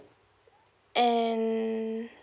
and